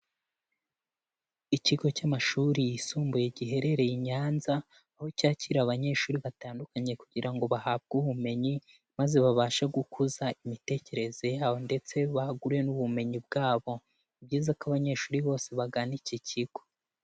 Ikigo cy'amashuri yisumbuye giherereye i Nyanza, aho cyakira abanyeshuri batandukanye kugira ngo bahabwe ubumenyi maze babashe gukuza imitekerereze yabo ndetse bagure n'ubumenyi bwabo, ni byiza ko abanyeshuri bose bagana iki kigo.